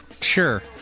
Sure